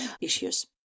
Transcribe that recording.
issues